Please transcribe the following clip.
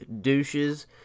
douches